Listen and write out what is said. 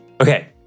okay